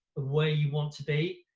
where you want to be.